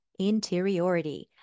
interiority